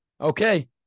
Okay